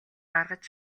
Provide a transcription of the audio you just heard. гаргаж